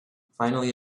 finally